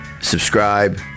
Subscribe